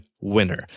winner